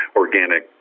organic